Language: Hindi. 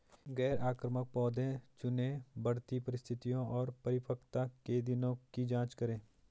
गैर आक्रामक पौधे चुनें, बढ़ती परिस्थितियों और परिपक्वता के दिनों की जाँच करें